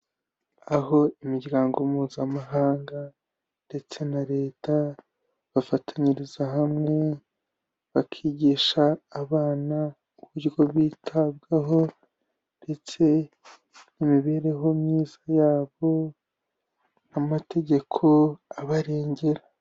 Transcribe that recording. Aho imiryango Mpuzamahanga ndetse na Leta bafatanyiriza hamwe, bakigisha abana uburyo bitabwaho ndetse n'imibereho myiza yabo n'amategeko abarengera.